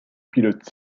pilote